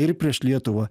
ir prieš lietuvą